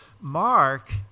Mark